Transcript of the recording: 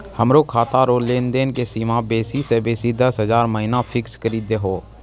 हमरो खाता रो लेनदेन के सीमा बेसी से बेसी दस हजार महिना फिक्स करि दहो